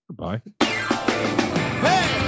goodbye